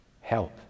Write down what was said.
Help